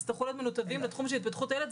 הם יצטרכו להיות מנותבים לתחום של התפתחות הילד,